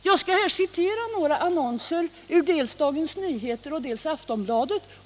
Jag skall här citera några annonser ur dels Aftonbladet, dels Dagens Nyheter.